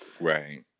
Right